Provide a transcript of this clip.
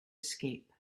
escape